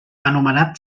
anomenat